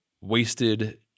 Wasted